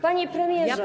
Panie Premierze!